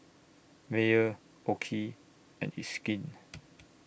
Mayer OKI and It's Skin